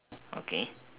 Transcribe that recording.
okay